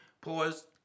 pause